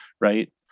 Right